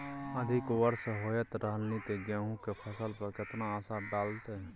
अधिक वर्षा होयत रहलनि ते गेहूँ के फसल पर केतना असर डालतै?